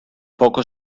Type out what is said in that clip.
poco